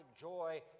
joy